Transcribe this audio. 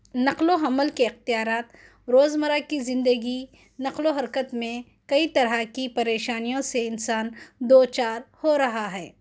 نقل و حمل کے اختیارات روزمرہ کی زندگی نقل و حرکت میں کئی طرح کی پریشانیوں سے انسان دو چار ہو رہا ہے